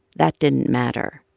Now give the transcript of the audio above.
that didn't matter.